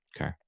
Okay